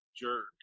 jerk